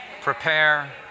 prepare